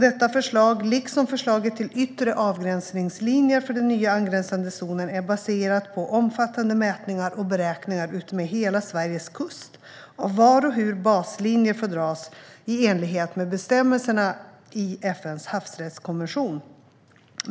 Detta förslag, liksom förslaget till yttre avgränsningslinjer för den nya angränsande zonen, är baserat på omfattande mätningar och beräkningar utmed hela Sveriges kust av var och hur baslinjer får dras i enlighet med bestämmelserna i FN:s havsrättskonvention.